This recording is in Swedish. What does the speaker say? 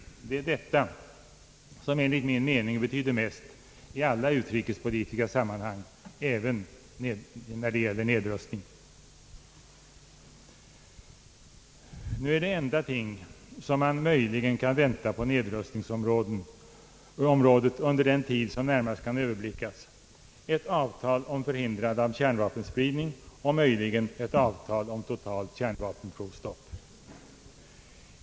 Det är detta som enligt min mening betyder mest i alla utrikespolitiska sammanhang — även när det gäller nedrustning. De enda ting som man möjligen kan vänta på nedrustningsområdet under den tid som närmast kan överblickas är ett avtal om förhindrande av kärnvapenspridning och möjligen ett avtal om totalt kärnvapenprovstopp.